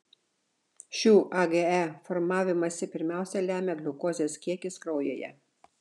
šių age formavimąsi pirmiausia lemia gliukozės kiekis kraujyje